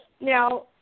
Now